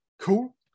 Cool